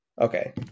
okay